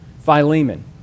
Philemon